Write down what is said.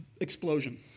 explosion